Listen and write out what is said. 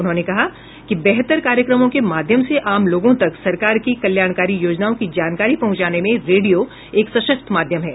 उन्होंने कहा कि बेहतर कार्यक्रमों के माध्यम से आमलोगों तक सरकार की कल्याणकारी योजनाओं की जानकारी पहुंचाने में रेडियो एक सशक्त माध्यम है